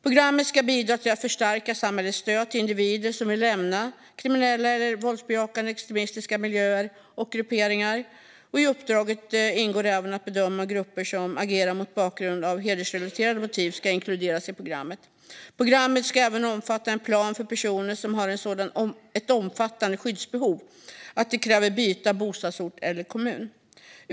Programmet ska bidra till att förstärka samhällets stöd till individer som vill lämna kriminella eller våldsbejakande extremistiska miljöer och grupperingar. I uppdraget ingår även att bedöma om grupper som agerar mot bakgrund av hedersrelaterade motiv ska inkluderas i programmet. Programmet ska även omfatta en plan för personer som har ett sådant omfattande skyddsbehov att det kräver byte av bostadsort eller kommun.